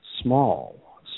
small